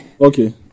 okay